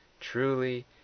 truly